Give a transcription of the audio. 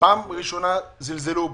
בפעם הראשונה זלזלו בהם,